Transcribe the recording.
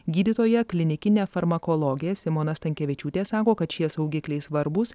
gydytoja klinikinė farmakologė simona stankevičiūtė sako kad šie saugikliai svarbūs